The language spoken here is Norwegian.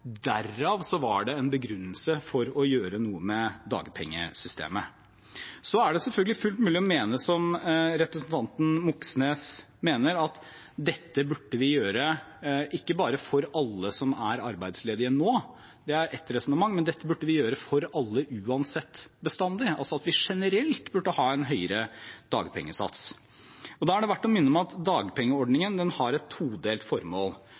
Derav var det en begrunnelse for å gjøre noe med dagpengesystemet. Det er selvfølgelig fullt mulig å mene som representanten Moxnes mener, at dette burde vi gjøre ikke bare for alle som er arbeidsledige nå– det er ett resonnement – men at dette burde vi gjøre for alle uansett, bestandig, at vi generelt burde ha en høyere dagpengesats. Da er det verdt å minne om at dagpengeordningen har et todelt formål.